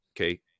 Okay